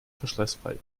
verschleißfrei